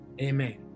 Amen